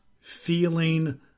feeling